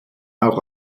auch